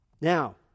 Now